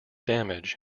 damage